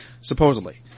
supposedly